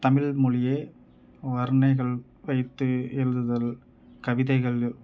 தமிழ் மொழியே வருணணைகள் வைத்து எழுதுதல் கவிதைகள்லேயும்